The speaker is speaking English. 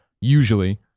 usually